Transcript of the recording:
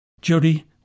Jody